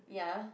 ya